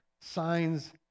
signs